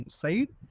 side